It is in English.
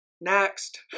next